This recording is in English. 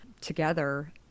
together